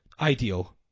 Ideal